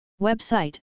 Website